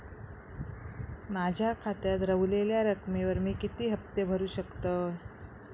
माझ्या खात्यात रव्हलेल्या रकमेवर मी किती हफ्ते भरू शकतय?